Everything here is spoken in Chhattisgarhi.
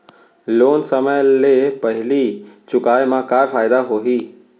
लोन समय ले पहिली चुकाए मा का फायदा होही?